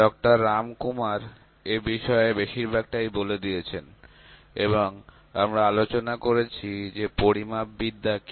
ডঃ রামকুমার এ বিষয়ের বেশিরভাগটাই বলে দিয়েছেন এবং আমরা আলোচনা করেছি যে পরিমাপ বিদ্যা কি